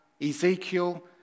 Ezekiel